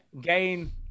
Gain